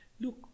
look